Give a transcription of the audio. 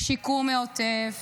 שיקום העוטף